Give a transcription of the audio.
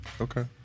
Okay